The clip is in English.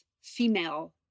female